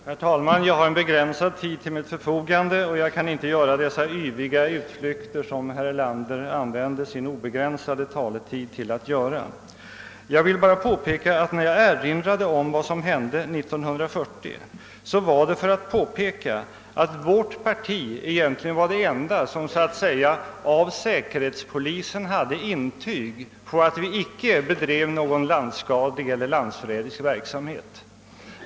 Herr talman! Jag har en begränsad tid till mitt förfogande och jag kan inte tillåta mig sådana yviga utflykter, som herr Erlander använde sin obegränsade taletid till. Jag vill bara framhålla att anledningen till att jag erinrade om vad som hände år 1940 var att jag ville påpeka, att vårt parti egentligen var det enda som av säkerhetspolisen hade »intyg på» att vi icke bedrev någon landsskadlig eller landsförrädisk verksamhet.